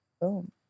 Boom